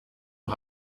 who